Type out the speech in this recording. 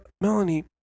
Melanie